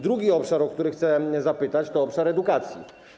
Drugim obszarem, o który chcę zapytać, jest obszar edukacji.